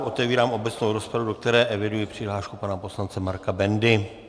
Otevírám obecnou rozpravu, do které eviduji přihlášku pana poslance Marka Bendy.